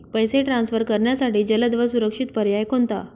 पैसे ट्रान्सफर करण्यासाठी जलद व सुरक्षित पर्याय कोणता?